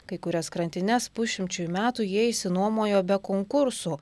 kai kurias krantines pusšimčiui metų jie išsinuomojo be konkursų